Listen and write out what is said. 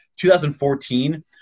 2014